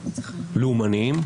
לאומניים,